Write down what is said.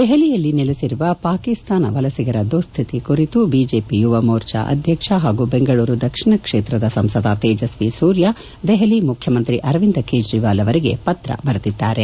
ದೆಹಲಿಯಲ್ಲಿ ನೆಲೆಸಿರುವ ಪಾಕಿಸ್ತಾನ ವಲಸಿಗರ ದುಶ್ಲಿತಿ ಕುರಿತು ಬಿಜೆಪಿ ಯುವ ಮೋರ್ಜಾ ಅಧ್ಯಕ್ಷ ಹಾಗೂ ಬೆಂಗಳೂರು ದಕ್ಷಿಣ ಕ್ಷೇತ್ರದ ಸಂಸದ ತೇಜಸ್ತಿ ಸೂರ್ಯ ದೆಪಲಿ ಮುಖ್ಯಮಂತ್ರಿ ಅರವಿಂದ್ ಕೇಜ್ರಿವಾಲ್ ಗೆ ಪತ್ರ ಬರೆದಿದ್ದಾರೆ